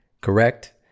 correct